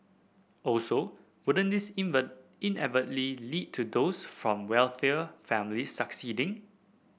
also wouldn't this inadvertently lead to those from wealthier families succeeding